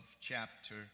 chapter